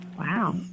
Wow